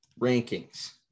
rankings